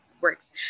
works